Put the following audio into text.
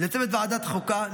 לצוות ועדת החוקה,